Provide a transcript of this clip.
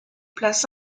place